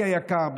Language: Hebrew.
אחי היקר,